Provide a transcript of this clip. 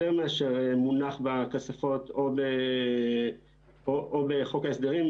יותר מאשר מונח בכספות או בחוק ההסדרים,